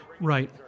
Right